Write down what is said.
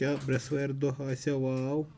کیاہ برٛیس وارِ دۄہ آسیا واو